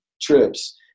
trips